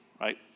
right